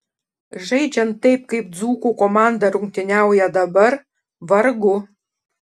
žaidžiant taip kaip dzūkų komanda rungtyniauja dabar vargu